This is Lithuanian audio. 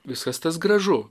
viskas tas gražu